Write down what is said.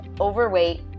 overweight